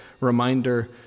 reminder